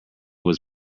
was